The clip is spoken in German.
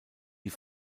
die